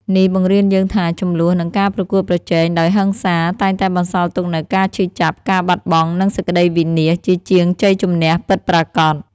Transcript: នេះបង្រៀនយើងថា ជម្លោះ និងការប្រកួតប្រជែងដោយហិង្សា តែងតែបន្សល់ទុកនូវការឈឺចាប់ ការបាត់បង់ និងសេចក្ដីវិនាស ជាជាងជ័យជម្នះពិតប្រាកដ។